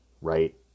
right